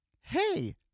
Hey